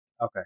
Okay